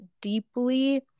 deeply